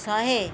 ଶହେ